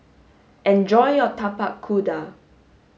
enjoy your Tapak Kuda